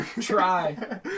Try